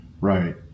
right